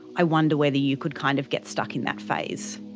i wonder whether you could kind of get stuck in that phase.